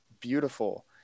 beautiful